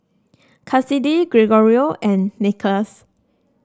Kassidy Gregorio and Nicholas